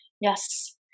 Yes